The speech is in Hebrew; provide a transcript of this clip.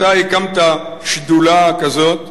אתה הקמת שדולה כזאת,